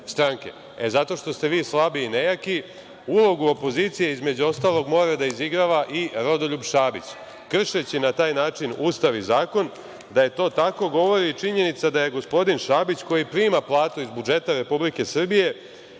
SNS.Zato što ste vi slabi i nejaki, ulogu opozicije, između ostalog, mora da izigrava i Rodoljub Šabić, kršeći na taj način Ustav i zakon. Da je to tako govori i činjenica da je gospodin Šabić, koji prima platu iz budžeta Republike Srbije,